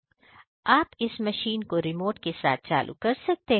आप इस मशीन को रिमोट के साथ चालू कर सकते हैं